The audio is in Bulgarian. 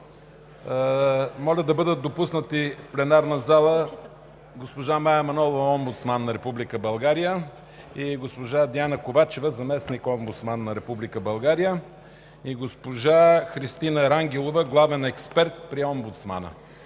зала да бъдат допуснати: госпожа Мая Манолова – омбудсман на Република България, госпожа Диана Ковачева – заместник-омбудсман на Република България, и госпожа Христина Рангелова – главен експерт при омбудсмана.